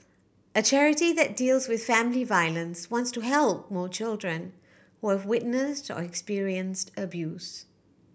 a charity that deals with family violence wants to help more children who have witnessed or experienced abuse